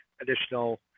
additional